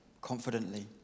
confidently